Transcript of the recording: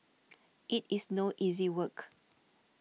it is no easy work